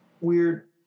weird